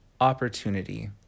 opportunity